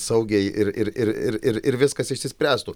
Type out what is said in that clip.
saugiai ir ir ir ir ir ir viskas išsispręstų